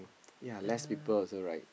yea less people also right